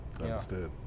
Understood